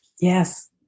Yes